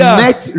next